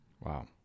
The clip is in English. Wow